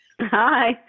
Hi